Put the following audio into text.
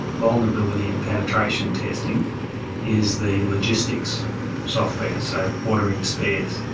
vulnerability and penetration testing is the logistics software. so ordering spares.